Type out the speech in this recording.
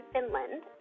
Finland